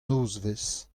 nozvezh